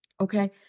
okay